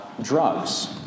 drugs